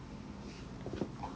how was it